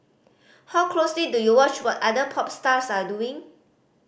how closely do you watch what other pop stars are doing